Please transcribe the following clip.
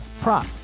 prop